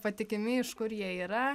patikimi iš kur jie yra